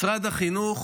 משרד החינוך,